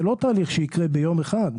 זה לא תהליך שיקרה ביום אחד.